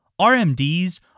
RMDs